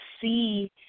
see